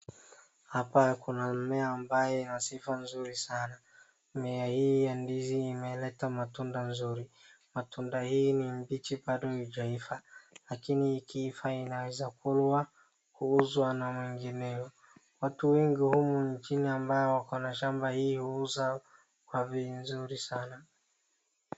Hapa kuna mmea ambayo ina sifa nzuri sana. Mmea hii ya ndizi imeleta matunda nzuri. Matunda hii ni mbichi bado haijaiva, lakini ikiiva inaeza kulwa, kuuzwa na mengineo. Watu wengi humu nchini ambao wako na shamba hii uuza kwa bei nzuri sana.